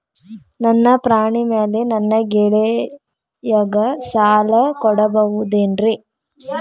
ನನ್ನ ಪಾಣಿಮ್ಯಾಲೆ ನನ್ನ ಗೆಳೆಯಗ ಸಾಲ ಕೊಡಬಹುದೇನ್ರೇ?